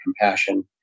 compassion